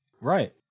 Right